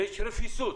ויש רפיסות